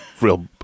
real